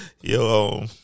Yo